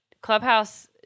Clubhouse